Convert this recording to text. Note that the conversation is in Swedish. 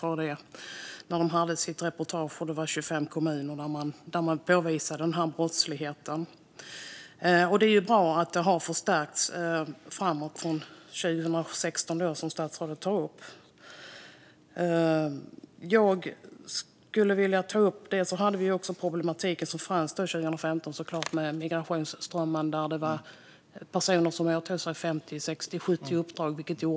Man kunde påvisa brottslighet i 25 kommuner. Det är bra att verksamheten förstärktes 2016, som statsrådet tog upp. Vidare fanns problemen 2015 med migrationsströmmarna. Det fanns personer som åtog sig 50, 60 eller 70 uppdrag.